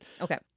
Okay